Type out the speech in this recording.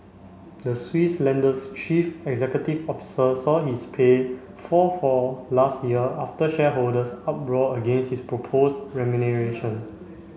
the Swiss lender's chief executive officer saw his pay fall for last year after shareholders uproar against his propose remuneration